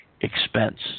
expense